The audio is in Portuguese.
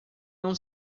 não